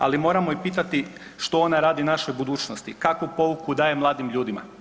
Ali moramo i pitati što ona radi našoj budućnosti, kakvu pouku daje mladim ljudima?